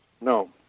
No